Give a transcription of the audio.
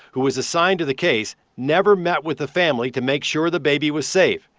who was assigned to the case, never met with the family to make sure the baby was safe.